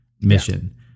mission